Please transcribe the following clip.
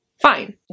fine